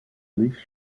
leafed